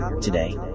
today